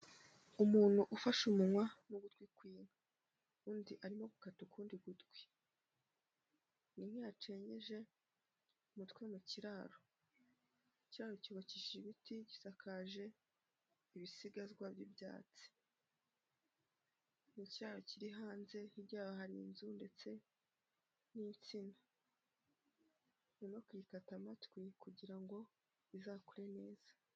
Umuntu ufashe umunwa n'ugutwi kw'inka. Undi arimo gukata ukundi gutwi. Ni inka yacengeje umutwe mu kiraro. Ikiraro cyubakishije ibiti, gisakaje ibisigazwa by'ibyatsi. Ni ikiraro kiri hanze, hirya yaho hari inzu ndetse n'insina. Barimo kuyikata amatwi, kugira ngo izakure neza.